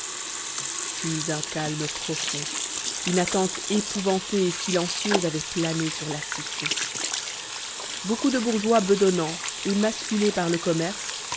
puis un calme profond une attente épouvantée et silencieuse avaient plané sur la cité beaucoup de bourgeois bedonnants émasculés par le commerce